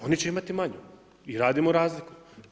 Oni će imati manju i radimo razliku.